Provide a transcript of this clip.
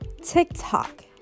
TikTok